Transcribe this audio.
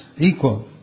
Equal